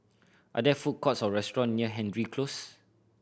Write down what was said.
are there food courts or restaurant near Hendry Close